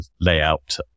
layout